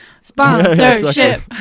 Sponsorship